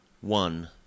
One